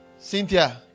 cynthia